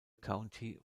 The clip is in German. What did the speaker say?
county